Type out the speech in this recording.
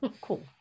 cool